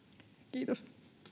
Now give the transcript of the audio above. kiitos